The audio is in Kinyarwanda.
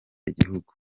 igihugu